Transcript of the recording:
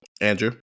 Andrew